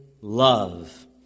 love